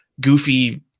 goofy